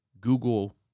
Google